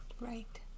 Right